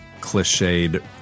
cliched